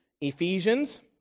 Ephesians